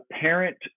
parent